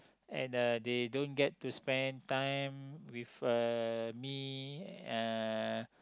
and uh they don't get to spend time with uh me uh